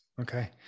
Okay